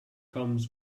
comes